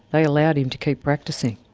but allowed him to keep practising.